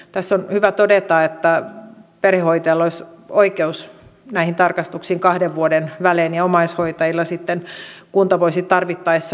tässä on hyvä todeta että perhehoitajalla olisi oikeus näihin tarkastuksiin kahden vuoden välein ja omaishoitajille sitten kunta voisi tarvittaessa niitä tarjota